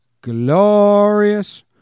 glorious